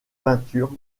peintures